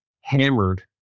hammered